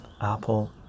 apple